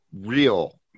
real